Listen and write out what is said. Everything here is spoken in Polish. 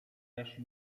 też